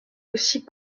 aussi